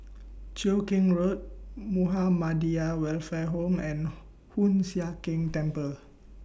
Cheow Keng Road Muhammadiyah Welfare Home and Hoon Sian Keng Temple